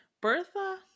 Bertha